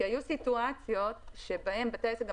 כי היו סיטואציות שבהן בתי העסק גם